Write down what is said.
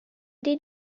did